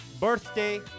birthday